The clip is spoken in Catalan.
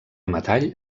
metall